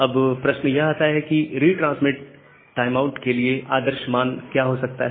अब प्रश्न यह आता है कि रिट्रांसमिट टाइमआउट के लिए आदर्श मान क्या हो सकता है